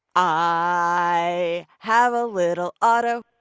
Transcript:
i have a little auto.